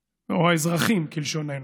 האזרחים, כלשוננו,